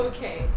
Okay